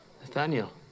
Nathaniel